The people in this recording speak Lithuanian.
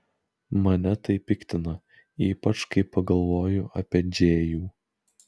mane tai piktina ypač kai pagalvoju apie džėjų